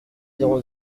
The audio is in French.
zéro